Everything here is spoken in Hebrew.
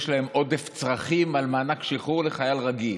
יש להם עודף צרכים על מענק שחרור לחייל רגיל,